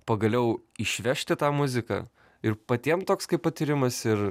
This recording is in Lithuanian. pagaliau išvežti tą muziką ir patiem toks kaip patyrimas ir